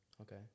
Okay